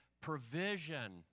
provision